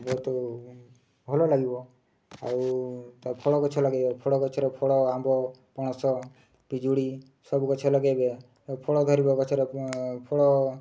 ବହୁତ ଭଲ ଲାଗିବ ଆଉ ତା ଫଳ ଗଛ ଲଗାଇବେ ଫଳ ଗଛର ଫଳ ଆମ୍ବ ପଣସ ପିଜୁଳି ସବୁ ଗଛ ଲଗାଇବେ ଫଳ ଧରିବ ଗଛର ଫଳ